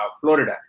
Florida